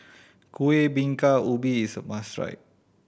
Kuih Bingka Ubi is a must try